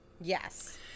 Yes